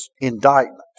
indictment